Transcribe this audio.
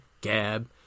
Gab